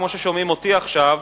כמו ששומעים אותי עכשיו,